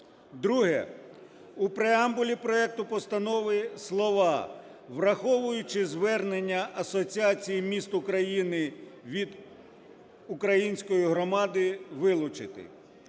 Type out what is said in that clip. Друге. У преамбулі проекту постанови слова "враховуючи звернення Асоціації міст України від української громади" вилучити.